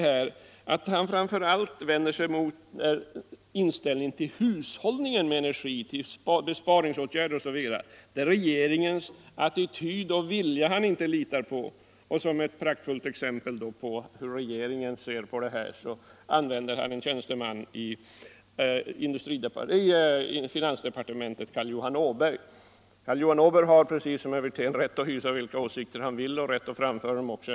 Herr Wirtén tar vidare upp hushållningen med energi, besparingsåtgärder osv. Där är det regeringens attityd och vilja herr Wirtén inte litar på. Som ett praktfullt exempel på hur regeringen ser på detta åberopar han en tjänsteman i finansdepartementet, Carl Johan Åberg. Carl Johan Åberg har precis som herr Wirtén rätt att hysa vilka åsikter han vill och rätt att framföra dem också.